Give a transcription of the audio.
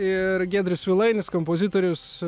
ir giedrius svilainis kompozitorius